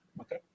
Okay